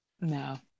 no